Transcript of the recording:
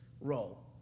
role